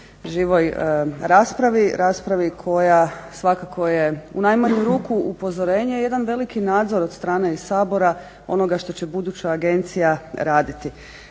živoj raspravi, raspravi koja svakako je u najmanju ruku upozorenje i jedan veliki nadzor od strane i Sabora onoga što će buduća agencija raditi.